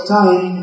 time